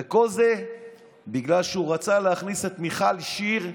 כל זה בגלל שהוא רצה להכניס את מיכל שיר,